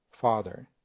Father